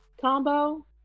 combo